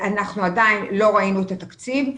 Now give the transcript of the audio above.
עדיין לא ראינו את התקציב.